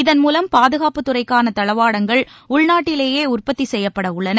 இதன்மூலம் பாதுகாப்புத்துறைக்கான தளவாடங்கள் உள்நாட்டிலேயே உற்பத்தி செய்யப்பட உள்ளன